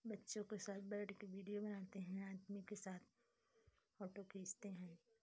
बच्चों के साथ बैठ कर वीडियो बनाते हैं आदमी के साथ फ़ोटो खींचते हैं